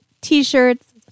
T-shirts